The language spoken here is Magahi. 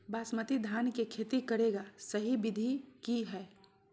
बासमती धान के खेती करेगा सही विधि की हय?